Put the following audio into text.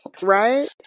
Right